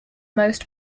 most